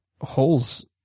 Holes